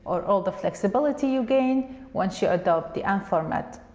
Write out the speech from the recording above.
or all the flexibility you gain once you adopt the amp format.